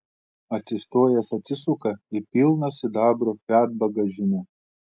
atsistojęs atsisuka į pilną sidabro fiat bagažinę